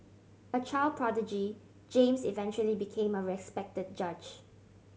a child prodigy James eventually became a respect judge